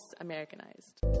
Americanized